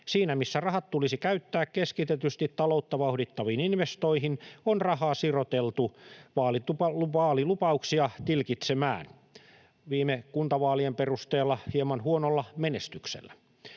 Siinä, missä rahat tulisi käyttää keskitetysti taloutta vauhdittaviin investointeihin, on rahaa siroteltu vaalilupauksia tilkitsemään — viime kuntavaalien perusteella hieman huonolla menestyksellä.